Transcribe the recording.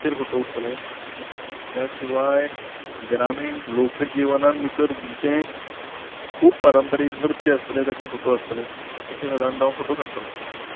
ताचे फोटो उरतले त्या शिवाय ग्रामीण लोकजिवनांत भितर जें खूब पारंपारीक नृत्य आसतले ताचे फोटो आसतले अशें सादारणता हांव फोटो काडटलों